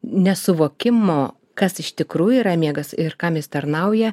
nesuvokimo kas iš tikrųjų yra miegas ir kam jis tarnauja